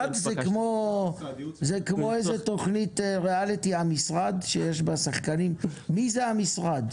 המשרד --- כשאתה אומר "המשרד", מי זה המשרד?